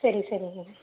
சரி சரிங்க மேம்